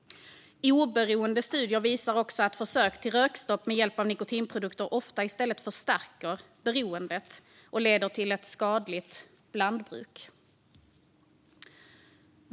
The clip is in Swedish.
Oberoende studier visar också att försök till rökstopp med hjälp av nikotinprodukter ofta i stället förstärker beroendet och leder till ett skadligt blandbruk.